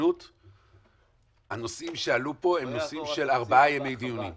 בכנות הנושאים שעלו פה הם נושאים של ארבעה ימי דיונים.